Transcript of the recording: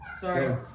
sorry